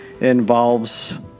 involves